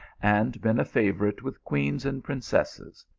and been a favourite with queens and princesses.